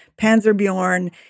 Panzerbjorn